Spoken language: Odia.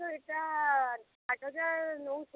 ଏଇଟା ଆଠ ହଜାର ନେଉଛୁ